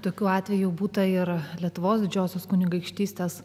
tokių atvejų būta ir lietuvos didžiosios kunigaikštystės